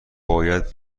باید